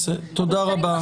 תודה רבה.